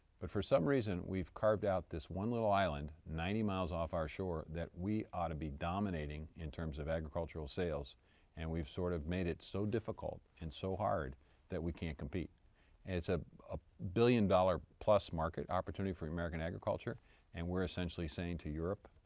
but for some reason we have carved out this one little island ninety miles off our shore that we ought to be dominating in terms of agricultural sales and we have sort of made it so difficult and so hard that we can't compete. and it's ah a billion dollar plus market opportunity for american agriculture and we're essentially saying to europe,